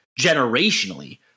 generationally